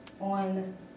on